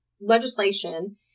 legislation